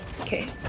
Okay